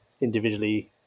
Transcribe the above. individually